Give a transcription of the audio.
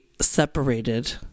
separated